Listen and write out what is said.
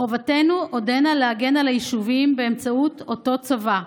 חובתנו עודנה להגן על היישובים באמצעות אותו צבא.